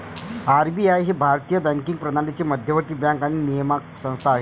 RBI ही भारतीय banking प्रणालीची मध्यवर्ती बँक आणि नियामक संस्था आहे